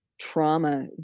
trauma